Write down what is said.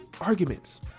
arguments